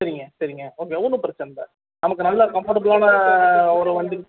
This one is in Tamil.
சரிங்க சரிங்க ஓகே ஒன்றும் பிரச்சினைல்லை நமக்கு நல்ல கம்பர்ட்டேபுள்லான ஒரு வந்து